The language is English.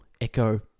echo